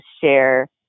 share